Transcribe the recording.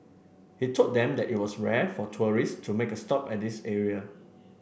he told them that it was rare for tourist to make a stop at this area